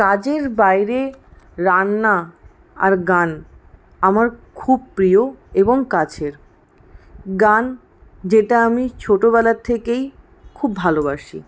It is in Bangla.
কাজের বাইরে রান্না আর গান আমার খুব প্রিয় এবং কাছের গান যেটা আমি ছোটোবেলা থেকেই খুব ভালোবাসি